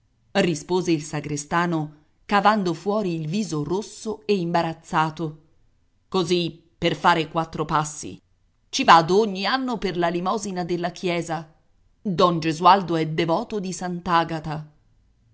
rispose il sagrestano cavando fuori il viso rosso e imbarazzato così per fare quattro passi ci vado ogni anno per la limosina della chiesa don gesualdo è devoto di